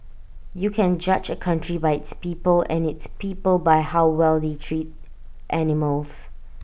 you can judge A country by its people and its people by how well they treat animals